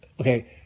Okay